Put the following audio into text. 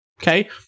Okay